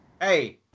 Hey